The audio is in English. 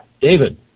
David